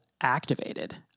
activated